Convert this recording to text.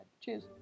Cheers